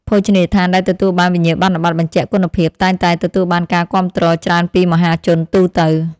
ភោជនីយដ្ឋានដែលទទួលបានវិញ្ញាបនបត្របញ្ជាក់គុណភាពតែងតែទទួលបានការគាំទ្រច្រើនពីមហាជនទូទៅ។